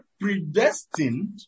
predestined